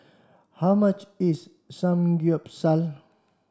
how much is Samgyeopsal